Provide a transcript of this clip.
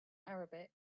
arabic